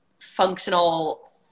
functional